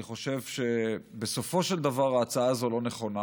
אני חושב שבסופו של דבר ההצעה הזאת לא נכונה.